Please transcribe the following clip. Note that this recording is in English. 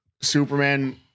Superman